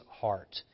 heart